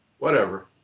whatever.